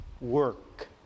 work